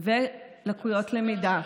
ולקויות למידה.